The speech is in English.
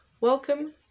Welcome